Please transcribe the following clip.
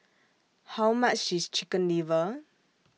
How much IS Chicken Liver